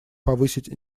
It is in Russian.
повысить